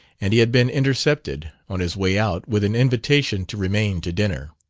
and he had been intercepted, on his way out, with an invitation to remain to dinner.